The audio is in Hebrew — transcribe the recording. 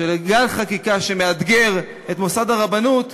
של גל חקיקה שמאתגר את מוסד הרבנות,